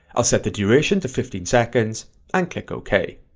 i'll set the duration to fifteen seconds and click ok.